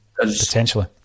Potentially